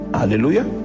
hallelujah